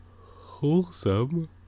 Wholesome